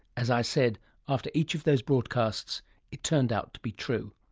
as i said after each of those broadcasts it turned out to be true.